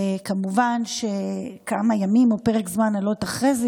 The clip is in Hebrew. וכמובן שכמה ימים או פרק זמן אחרי זה,